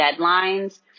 deadlines